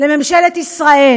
לממשלת ישראל,